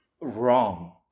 wrong